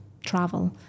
travel